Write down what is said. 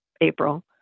april